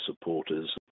supporters